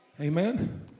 Amen